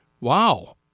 wow